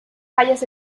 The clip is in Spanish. hayas